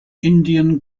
indian